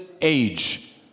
age